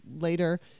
later